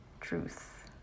truth